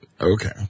Okay